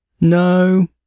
no